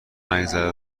نگذره